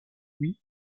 lui